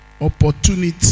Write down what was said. opportunity